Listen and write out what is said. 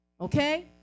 Okay